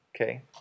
okay